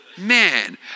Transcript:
Man